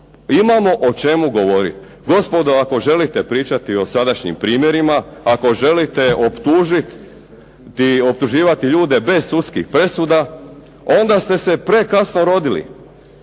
imamo o čemu govoriti. Gospodo, ako želite pričati o sadašnjim primjerima, ako želite optuživati ljude bez sudskih presuda onda ste se prekasno rodili.